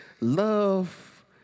Love